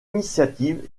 initiatives